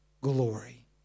glory